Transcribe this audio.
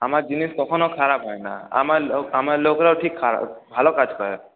আমার জিনিস কখনো খারাপ হয় না আমার লোক আমার লোকরাও ঠিক খারাপ ভালো কাজ করে